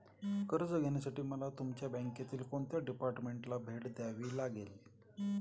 कर्ज घेण्यासाठी मला तुमच्या बँकेतील कोणत्या डिपार्टमेंटला भेट द्यावी लागेल?